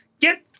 Get